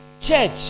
church